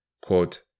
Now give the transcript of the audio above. Quote